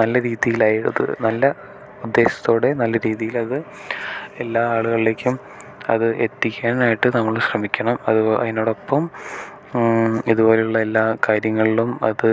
നല്ല രീതിയിലത് നല്ല ഉദേശത്തോടേയും നല്ല രീതിയിലത് എല്ലാ ആളുകളിലേക്കും അത് എത്തിക്കാനായിട്ട് നമ്മൾ ശ്രമിക്കണം അത് അതിനോടൊപ്പം ഇതുപോലുള്ള എല്ലാ കാര്യങ്ങളിലും അത്